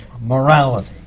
morality